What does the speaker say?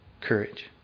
courage